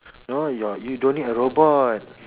no your you don't need a robot